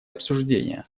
обсуждения